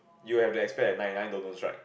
you have the expect that right